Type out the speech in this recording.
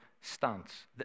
stance